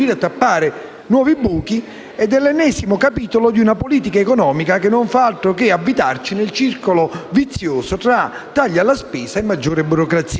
nuovi buchi, ed è l'ennesimo capitolo di una politica economica che non fa altro che avvitarsi nel circolo vizioso di tagli alla spesa e maggiore burocrazia.